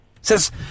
Says